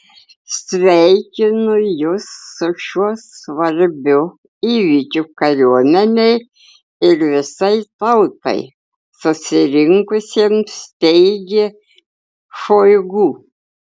sveikinu jus su šiuo svarbiu įvykiu kariuomenei ir visai tautai susirinkusiems teigė šoigu